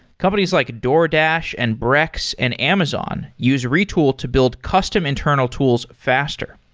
companies like a doordash, and brex, and amazon use retool to build custom internal tools faster.